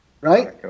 Right